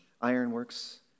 ironworks